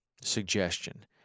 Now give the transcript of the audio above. suggestion